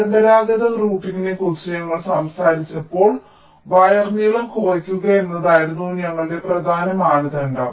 പരമ്പരാഗത റൂട്ടിംഗിനെക്കുറിച്ച് ഞങ്ങൾ സംസാരിച്ചപ്പോൾ വയർ നീളം കുറയ്ക്കുക എന്നതായിരുന്നു ഞങ്ങളുടെ പ്രധാന മാനദണ്ഡം